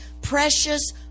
precious